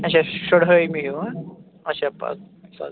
آچھا شُرہایمہِ ہیٛوٗ آچھا پتہٕ پتہٕ